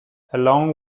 along